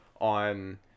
on